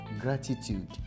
gratitude